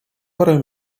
parę